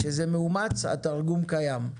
כשזה מאומץ התרגום קיים.